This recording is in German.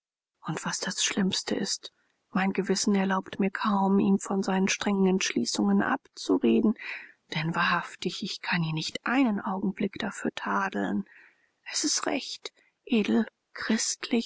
und was das schlimmste ist mein gewissen erlaubt mir kaum ihm von seinen strengen entschließungen abzureden denn wahrhaftig ich kann ihn nicht einen augenblick dafür tadeln es ist recht